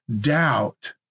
doubt